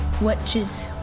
witches